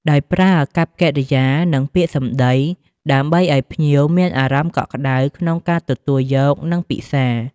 ដោយប្រើអាកប្បកិរិយា និងពាក្យសម្ដី ដើម្បីឲ្យភ្ញៀវមានអារម្មណ៍កក់ក្តៅក្នុងការទទួលយក និងពិសារ។